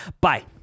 Bye